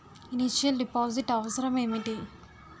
Initial deposit అవసరం ఏమిటి?